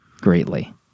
greatly